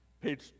page